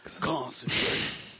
Concentrate